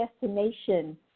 destination